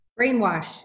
brainwash